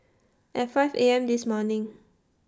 At five A M This morning